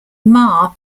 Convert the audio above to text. maher